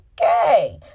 Okay